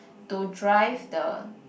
to drive the